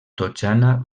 totxana